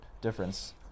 difference